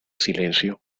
silencio